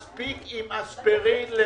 מספיק עם אספירין.